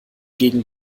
gegen